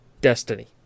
Destiny